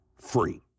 free